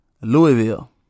Louisville